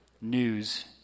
news